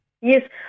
Yes